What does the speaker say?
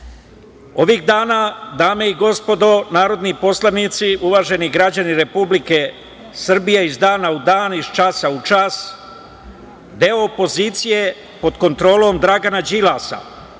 dana, dame i gospodo narodni poslanici, uvaženi građani Republike Srbije, iz dana u dan, iz časa u čas, deo opozicije, pod kontrolom Dragana Đilasa,